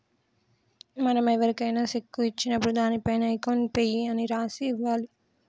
మనం ఎవరికైనా శెక్కు ఇచ్చినప్పుడు దానిపైన అకౌంట్ పేయీ అని రాసి ఇవ్వాలి